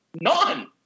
None